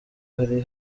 hari